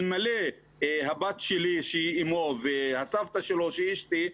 אלמלא הבת שלי שהיא אמו והסבתא שלו שהיא אשתי,